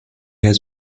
has